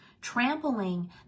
trampling